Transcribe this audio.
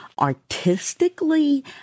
artistically